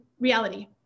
reality